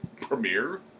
premiere